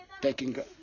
taking